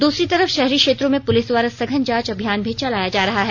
दूसरी तरफ शहरी क्षेत्रों में पुलिस द्वारा सघन जांच अभियान भी चलाया जा रहा है